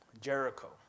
Jericho